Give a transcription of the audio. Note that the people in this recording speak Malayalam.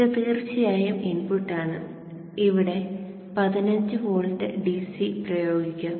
ഇത് തീർച്ചയായും ഇൻപുട്ട് ആണ് ഇവിടെ 15 വോൾട്ട് ഡിസി പ്രയോഗിക്കാം